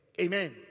Amen